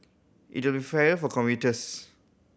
it will fairer for commuters